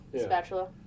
Spatula